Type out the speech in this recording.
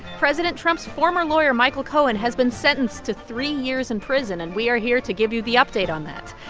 president trump's former lawyer michael cohen has been sentenced to three years in prison, and we are here to give you the update on that.